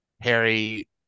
Harry